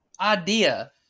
idea